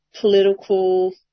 political